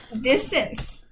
Distance